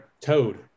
Toad